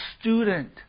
student